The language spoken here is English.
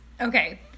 Okay